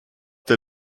der